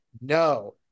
No